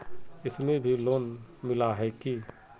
इसमें भी लोन मिला है की